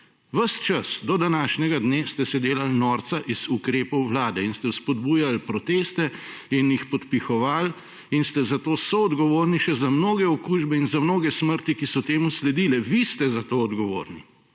ves čas do današnjega dne ste se delali norca iz ukrepov Vlade in ste spodbujali proteste in jih podpihovali in ste zato soodgovorni še za mnoge okužbe in za mnoge smrti, ki so temu sledile. Vi ste za to odgovorni